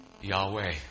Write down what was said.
Yahweh